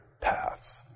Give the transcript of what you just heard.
path